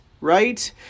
right